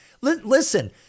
listen